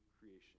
creation